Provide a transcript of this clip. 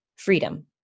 freedom